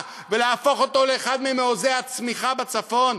ולהפוך אותו לאחד ממעוזי הצמיחה בצפון.